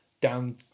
down